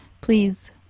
please